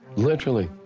literally.